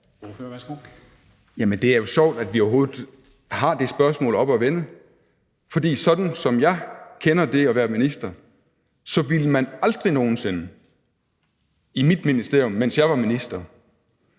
det er jo sjovt, at vi overhovedet har det spørgsmål oppe at vende. For sådan som jeg kender det at være minister, ville man aldrig nogen sinde i mit ministerium – jeg ville ikke,